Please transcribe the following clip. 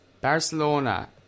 Barcelona